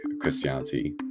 Christianity